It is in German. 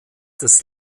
des